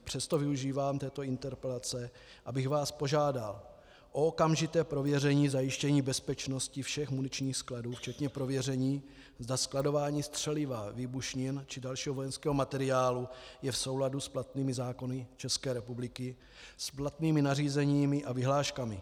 Přesto využívám této interpelace, abych vás požádal o okamžité prověření zajištění bezpečnosti všech muničních skladů včetně prověření, zda skladování střeliva, výbušnin či dalšího vojenského materiálu je v souladu s platnými zákony České republiky, s platnými nařízeními a vyhláškami.